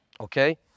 Okay